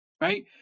right